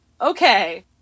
okay